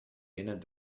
binnen